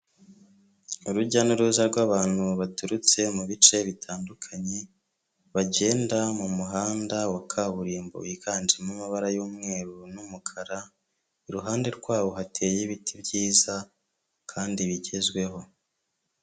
Urujya n'uruza rw'abantu baturutse mu bice bitandukanye bagenda mu muhanda wa kaburimbo, wiganjemo amabara y'umweru n'umukara, iruhande rwabo hateye ibiti byiza kandi bigezweho.